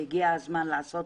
והגיע הזמן לעשות